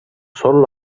sólo